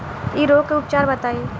इ रोग के उपचार बताई?